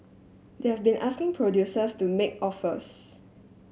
they've been asking producers to make offers